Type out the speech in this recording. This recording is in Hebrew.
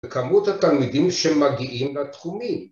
‫וכמות התלמידים שמגיעים לתחומים.